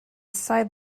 side